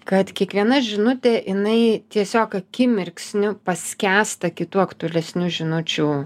kad kiekviena žinutė jinai tiesiog akimirksniu paskęsta kitų aktualesnių žinučių